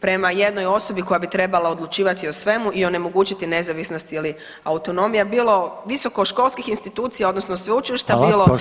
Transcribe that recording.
prema jednoj osobi koja bi trebala odlučivati o svemu i onemogućiti nezavisnost ili autonomija, bilo visokoškolskih institucija, odnosno sveučilišta, bilo